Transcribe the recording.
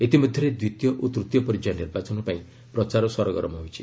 ଇତିମଧ୍ୟରେ ଦ୍ୱିତୀୟ ଓ ତୂତୀୟ ପର୍ଯ୍ୟାୟ ନିର୍ବାଚନ ପାଇଁ ପ୍ରଚାର ସରଗରମ ହୋଇଛି